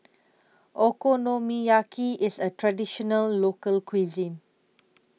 Okonomiyaki IS A Traditional Local Cuisine